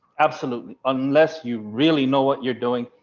absolutely. unless you really know what you're doing,